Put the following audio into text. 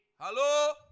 Hello